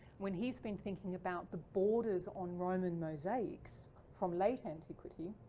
when he's been thinking about the borders on roman mosaics from late antiquity